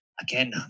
Again